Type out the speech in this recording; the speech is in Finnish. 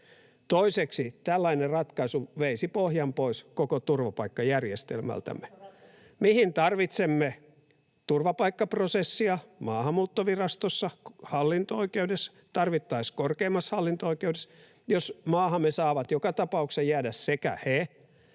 Toiseksi tällainen ratkaisu veisi pohjan pois koko turvapaikkajärjestelmältämme. [Mika Niikko: Mikä on kokoomuksen ratkaisu?] Mihin tarvitsemme turvapaikkaprosessia Maahanmuuttovirastossa, hallinto-oikeudessa, tarvittaessa korkeimmassa hallinto-oikeudessa, jos maahamme saavat joka tapauksessa jäädä sekä he,